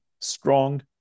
strong